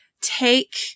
take